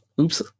oops